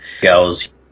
girls